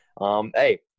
Hey